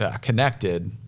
connected